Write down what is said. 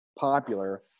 popular